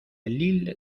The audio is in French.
lille